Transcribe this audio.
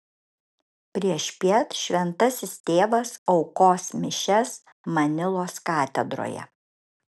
priešpiet šventasis tėvas aukos mišias manilos katedroje